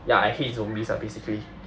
ya I hate zombies ah basically